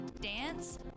dance